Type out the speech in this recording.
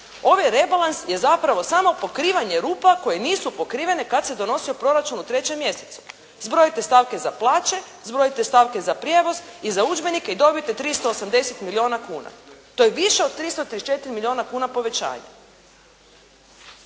Ovaj rebalans je zapravo samo pokrivanje rupa koje nisu pokrivene kad se donosio proračun u 3. mjesecu. Zbrojite stavke za plaće, zbrojite stavke za prijevoz i udžbenike i dobijete 380 milijuna kuna. To je više od 334 milijuna kuna povećanja.